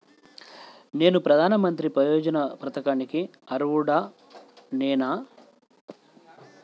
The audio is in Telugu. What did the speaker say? నేను ప్రధాని మంత్రి యోజన పథకానికి అర్హుడ నేన?